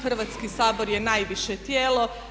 Hrvatski sabor je najviše tijelo.